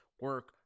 Work